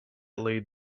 laid